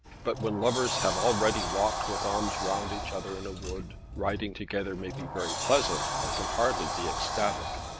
but when lovers have already walked with arms round each other in a wood, riding together may be very pleasant but can hardly be ecstatic.